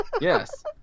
Yes